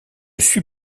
suis